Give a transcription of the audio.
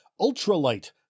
Ultralight